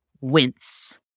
wince